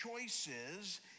choices